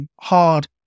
hard